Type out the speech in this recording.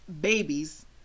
babies